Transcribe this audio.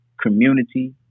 community